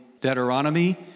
Deuteronomy